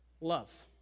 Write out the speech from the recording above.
love